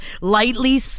lightly